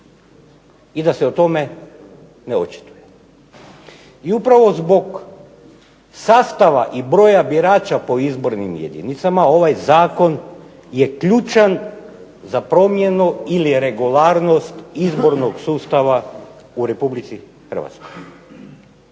i da se o tome ne očituje. I upravo zbog sastava i broja birača po izbornim jedinicama, ovaj zakon je ključan za promjenu ili regularnost izbornog sustava u Republici Hrvatskoj.